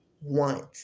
want